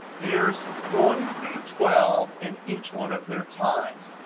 there's one through twelve, and each one of their times.